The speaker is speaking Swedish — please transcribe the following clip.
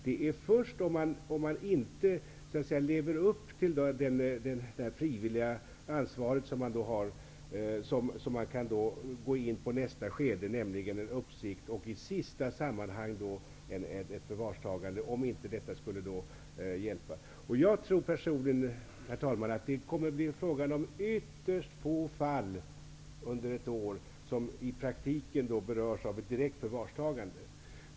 Det är först när man inte så att säga lever upp till det frivilliga ansvaret som det blir fråga om nästa skede, nämligen uppsikten. I sista hand blir det ett förvarstagande, om tidigare åtgärd inte skulle hjälpa. Herr talman! Personligen tror jag att det kommer att bli fråga om ytterst få fall under ett år som i praktiken berörs av ett direkt förvarstagande.